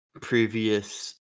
previous